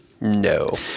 No